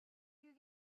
you